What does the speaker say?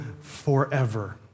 forever